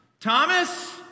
Thomas